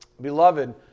Beloved